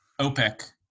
OPEC